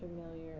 familiar